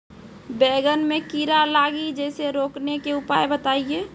बैंगन मे कीड़ा लागि जैसे रोकने के उपाय बताइए?